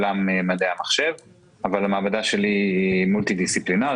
מעולם מדעי המחשב אבל המעבדה שלי היא מולטי-דיסציפלינרית